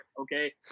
okay